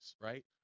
right